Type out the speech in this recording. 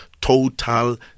total